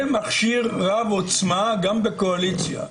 זה מכשיר רב עוצמה גם בקואליציה.